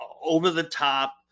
over-the-top